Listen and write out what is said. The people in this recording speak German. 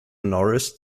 norris